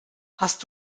hast